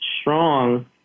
strong